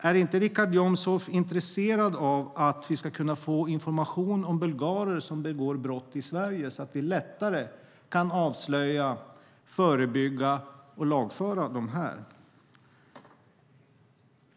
Är du inte intresserad av att vi ska få information om bulgarer som begår brott i Sverige så att vi lättare kan förebygga, avslöja och lagföra dem här?